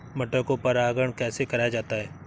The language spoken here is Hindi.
मटर को परागण कैसे कराया जाता है?